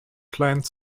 planned